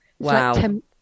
Wow